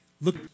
Look